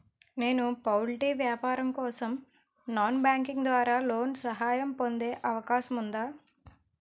నేను పౌల్ట్రీ వ్యాపారం కోసం నాన్ బ్యాంకింగ్ ద్వారా లోన్ సహాయం పొందే అవకాశం ఉందా?